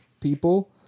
people